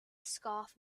scarf